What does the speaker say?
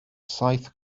saith